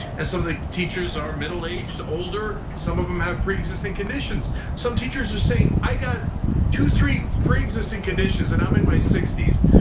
and some of the teachers are middle aged, older. some of them have pre-existing conditions. some teachers are saying, i got two, three preexisting conditions and i'm in my sixty s.